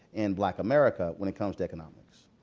in black america when it comes to economics?